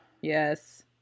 Yes